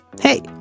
Hey